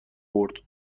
برد